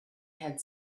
had